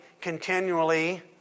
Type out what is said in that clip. continually